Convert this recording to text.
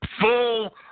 Full